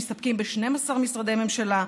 מסתפקת ב-12 משרדי ממשלה,